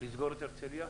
לסגור את הרצליה,